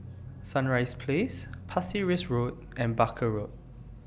Sunrise Place Pasir Ris Road and Barker Road